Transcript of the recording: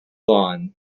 lawn